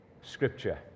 Scripture